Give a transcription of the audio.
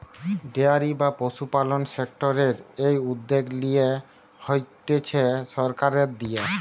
dairy বা পশুপালন সেক্টরের এই উদ্যগ নেয়া হতিছে সরকারের দিয়া